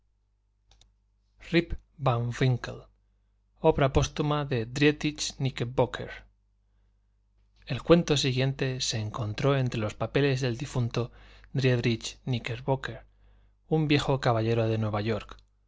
tumba cártwright el cuento siguiente se encontró entre los papeles del difunto díedrich kníckerbocker un viejo caballero de nueva york